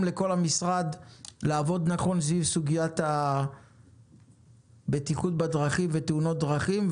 לכל המשרד לעבוד נכון סביב סוגיית הבטיחות בדרכים ותאונות הדרכים.